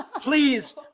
Please